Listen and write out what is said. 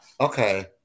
Okay